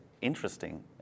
interesting